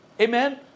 Amen